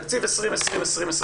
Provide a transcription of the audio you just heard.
תקציב 2020 או 2021-2020,